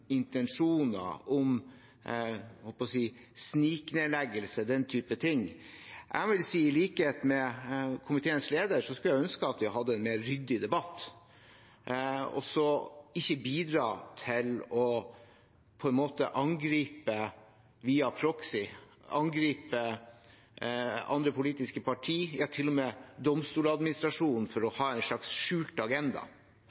intensjoner, om – jeg holdt på å si – sniknedleggelse og den typen ting. Jeg vil si, i likhet med komiteens leder, at jeg skulle ønske vi hadde en mer ryddig debatt og ikke bidro til å angripe via «proxy», angripe andre politiske partier, ja, til og med Domstoladministrasjonen, for å